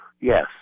yes